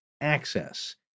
access